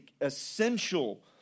essential